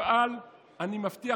אני מבטיח,